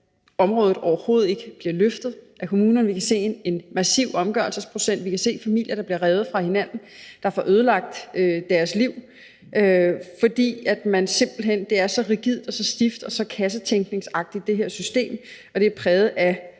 området overhovedet ikke bliver løftet af kommunerne. Vi kan se en massiv omgørelsesprocent, og vi kan se familier, der bliver revet fra hinanden, og som får ødelagt deres liv, fordi det her system simpelt hen er så rigidt og så stift og så kassetænkningsagtigt. Det er præget af